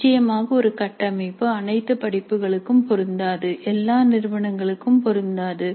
நிச்சயமாக ஒரு கட்டமைப்பு அனைத்து படிப்புகளுக்கும் பொருந்தாது எல்லா நிறுவனங்களுக்கும் பொருந்தாது